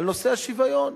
על נושא השוויון.